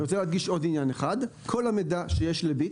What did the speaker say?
אני רוצה להדגיש עוד עניין אחד: כול המידע שיש ל"ביט"